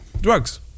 drugs